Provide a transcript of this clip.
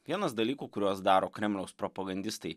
vienas dalykų kuriuos daro kremliaus propogandistai